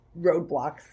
roadblocks